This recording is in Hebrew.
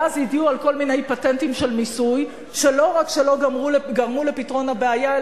ואז הביאו כל מיני פטנטים של מיסוי שלא רק שלא גרמו לפתרון הבעיה,